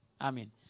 Amen